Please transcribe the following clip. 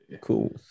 Cool